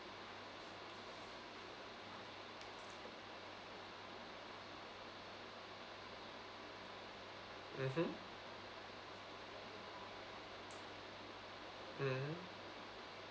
mmhmm mmhmm